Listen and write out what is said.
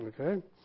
Okay